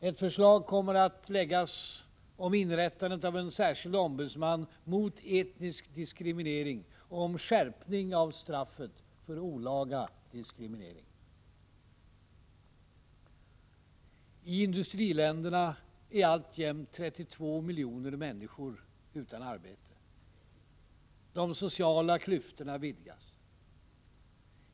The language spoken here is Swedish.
Ett förslag kommer att läggas om inrättandet av en särskild ombudsman mot etnisk diskriminering och om skärpning av straffet för olaga diskriminering. I industriländerna är alltjämt 32 miljoner människor utan arbete. De sociala klyftorna vidgas.